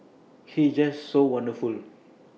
he is just so wonderful